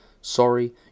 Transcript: sorry